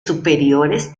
superiores